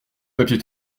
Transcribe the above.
papier